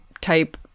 type